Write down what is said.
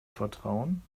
vertrauen